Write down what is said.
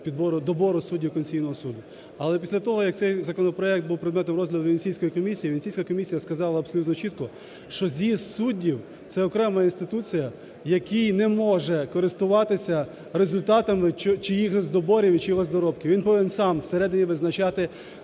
добору суддів Конституційного Суду. Але після того, як цей законопроект був предметом розгляду Венеційської комісії, Венеційська комісія сказала абсолютно чітко, що з'їзд суддів – це окрема інституція, який не може користуватися результатами чиїхось доборів і чиїхось доробків. Він повинен сам всередині визначати